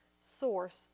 source